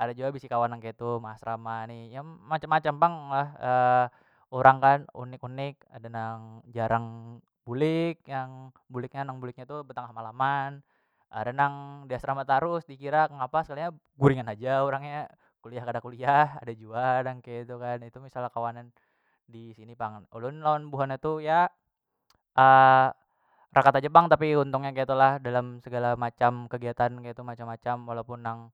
ada jua bisi kawan nang ketu measrama ni km macam- macam pang lah urang kan unik- unik ada nang jarang bulik yang bulik nya nang buliknya tu betangah malaman ada nang diasrama tarus dikira ngapa sekalinya guringan haja urangnya kuliah kada kuliah ada jua nang kaitu kan itu misalnya kawanan disini pang ulun lawan buhannya tu ya rakat aja pang tapi untungnya ketu lah dalam segala macam kegiatan ketu macam- macam walaupun nang.